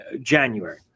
january